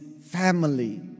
family